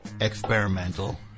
experimental